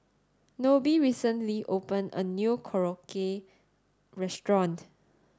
Nobie recently opened a new Korokke restaurant